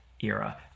Era